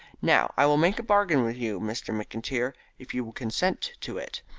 now, i will make a bargain with you, mr. mcintyre, if you will consent to it.